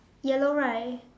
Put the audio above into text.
yellow right